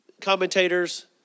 commentators